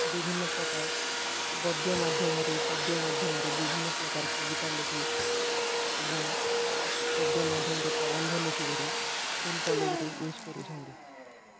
ବିଭିନ୍ନ ପ୍ରକାର ଗଦ୍ୟ ମାଧ୍ୟମରେ ପଦ୍ୟ ମାଧ୍ୟମରେ ବିଭିନ୍ନ ପ୍ରକାର କବିତା ଲେଖି ଏବଂ ଗଦ୍ୟ ମାଧ୍ୟମରେ ପ୍ରବନ୍ଧ ଲେଖି କରି ସ୍କୁଲ୍ କଲେଜ୍ରେ ୟୁଜ୍ କରୁଛନ୍ତି